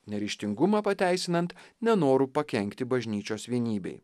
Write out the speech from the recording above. neryžtingumą pateisinant nenoru pakenkti bažnyčios vienybei